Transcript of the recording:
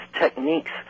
techniques